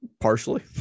Partially